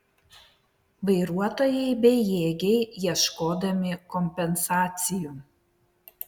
vairuotojai bejėgiai ieškodami kompensacijų